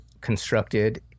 constructed